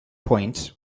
point